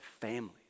families